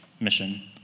mission